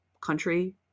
country